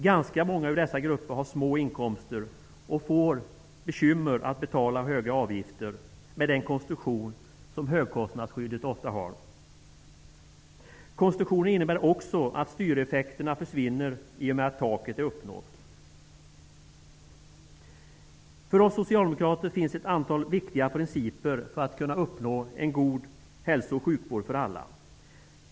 Ganska många i dessa grupper har små inkomster och får bekymmer när det gäller att betala höga avgifter med den konstruktion som högkostnadsskyddet ofta har. Konstruktionen innebär också att styreffekterna försvinner i och med att taket är uppnått. För oss socialdemokrater finns det ett antal viktiga principer för att kunna uppnå en god hälso och sjukvård för alla.